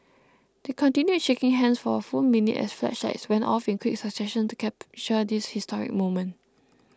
they continued shaking hands for a full minute as flashlights went off in quick succession to capture this historic moment